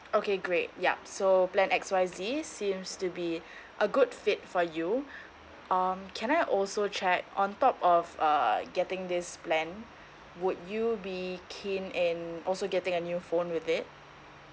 okay great yup so plan X Y Z seems to be a good fit for you um can I also check on top of uh getting this plan would you be keen in also getting a new phone with it